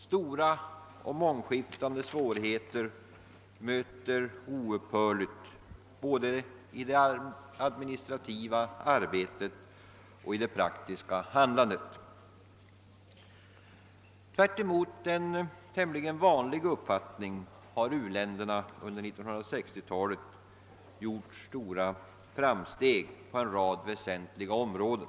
Stora och mångskiftande svårigheter möter oupphörligen både i det administrativa arbetet och i det praktiska handlandet. Tvärtemot den tämligen vanliga uppfattningen har u-länderna på 1960-talet gjort stora framsteg på en rad väsentliga områden.